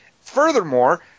Furthermore